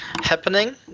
happening